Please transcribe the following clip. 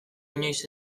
inoiz